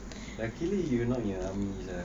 luckily you're not in army sia